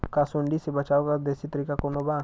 का सूंडी से बचाव क देशी तरीका कवनो बा?